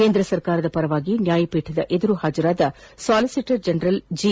ಕೇಂದ್ರ ಸರ್ಕಾರದ ಪರವಾಗಿ ನ್ಯಾಯಪೀಠದ ಮುಂದೆ ಹಾಜರಾದ ಸಾಲಿಸಿಟರ್ ಜನರಲ್ ಜಿ